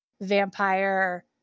vampire